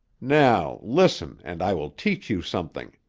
now, listen and i will teach you something.